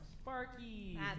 Sparky